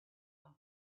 and